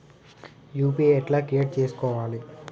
UPI ఎట్లా create చేసుకోవాలి?